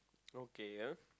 okay ah